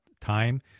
time